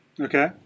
Okay